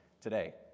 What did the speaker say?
today